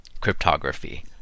cryptography